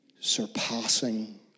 Surpassing